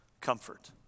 comfort